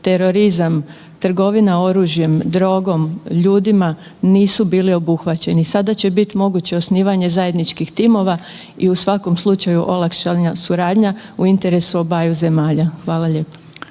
terorizam, trgovina oružjem, drogom, ljudima, nisu bili obuhvaćeni. Sada će biti moguće osnivanje zajedničkih timova i u svakom slučaju olakšana suradnja u interesu obaju zemalja. Hvala lijepa.